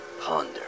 ponder